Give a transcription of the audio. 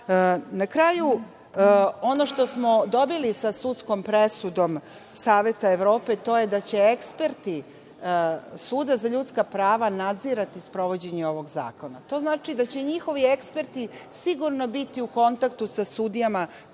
kraju, ono što smo dobili sudskom presudom Saveta Evrope, to je da će eksperti Suda za ljudska prava nadzirati sprovođenje ovog zakona. To znači da će njihovi eksperti sigurno biti u kontaktu sa sudijama